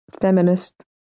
feminist